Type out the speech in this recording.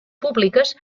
públiques